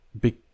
big